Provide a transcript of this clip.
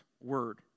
word